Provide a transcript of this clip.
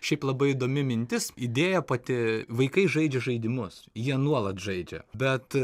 šiaip labai įdomi mintis idėja pati vaikai žaidžia žaidimus jie nuolat žaidžia bet